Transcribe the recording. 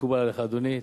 מקובל עליך, אדוני?